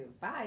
Bye